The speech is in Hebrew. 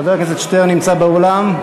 חבר הכנסת שטרן נמצא באולם?